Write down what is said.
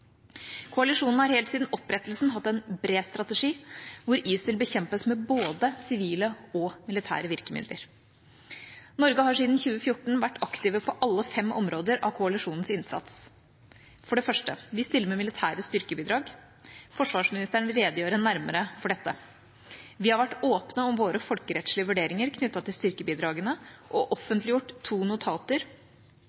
Koalisjonen har helt siden opprettelsen hatt en bred strategi, hvor ISIL bekjempes med både sivile og militære virkemidler. Norge har siden 2014 vært aktiv på alle fem områder av koalisjonens innsats. For det første: Vi stiller med militære styrkebidrag. Forsvarsministeren vil redegjøre nærmere for dette. Vi har vært åpne om våre folkerettslige vurderinger knyttet til styrkebidragene og